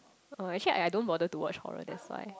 oh actually I I don't bother to watch horror that's why